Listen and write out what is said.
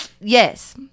Yes